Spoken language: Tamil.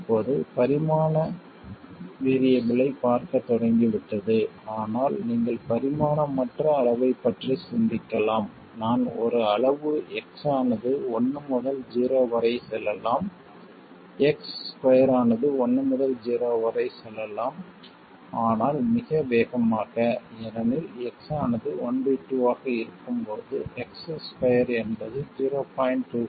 இப்போது பரிமாண வேறியபிலைப் பார்க்கத் தொடங்கிவிட்டது ஆனால் நீங்கள் பரிமாணமற்ற அளவைப் பற்றி சிந்திக்கலாம் நான் ஒரு அளவு x ஆனது 1 முதல் 0 வரை செல்லலாம் x2 ஆனது 1 முதல் 0 வரை செல்லலாம் ஆனால் மிக வேகமாக ஏனெனில் x ஆனது 12 ஆக இருக்கும்போது x2 என்பது 0